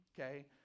okay